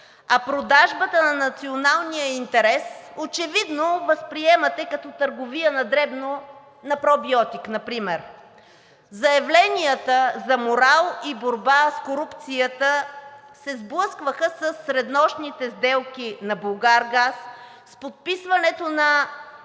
А продажбата на националния интерес очевидно възприемате като търговия на дребно, на пробиотик например. Заявленията за морал и борба с корупцията се сблъскваха със среднощните сделки на „Булгаргаз“, с подписването на